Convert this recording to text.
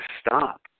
stop